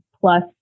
plus